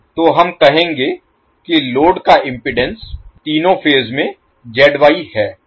तो हम कहेंगे कि लोड का इम्पीडेन्स तीनों फेज में है